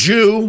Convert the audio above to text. Jew